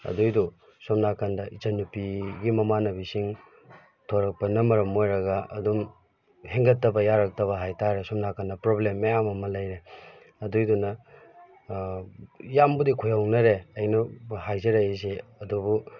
ꯑꯗꯨꯏꯗꯨ ꯁꯣꯝ ꯅꯥꯀꯟꯗ ꯏꯆꯟ ꯅꯨꯄꯤꯒꯤ ꯃꯃꯥꯟꯅꯕꯁꯤꯡ ꯊꯣꯔꯛꯄꯅ ꯃꯔꯝ ꯑꯣꯏꯔꯒ ꯑꯗꯨꯝ ꯍꯦꯟꯒꯠꯇꯕ ꯌꯥꯔꯛꯇꯕ ꯍꯥꯏꯇꯥꯔꯦ ꯑꯁꯣꯝ ꯅꯥꯀꯟꯗ ꯄ꯭ꯔꯣꯕ꯭ꯂꯦꯝ ꯃꯌꯥꯝ ꯑꯃ ꯂꯩꯔꯦ ꯑꯗꯨꯏꯗꯨꯅ ꯌꯥꯝꯕꯨꯗꯤ ꯈꯨꯌꯧꯅꯔꯦ ꯑꯩꯅ ꯍꯥꯏꯖꯔꯛꯏꯁꯦ ꯑꯗꯨꯕꯨ